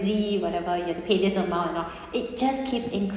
Z whenever you have to pay this amount or not it just keep